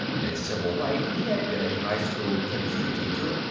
in civil life, he had been a high school chemistry teacher,